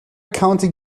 county